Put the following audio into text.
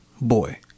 boy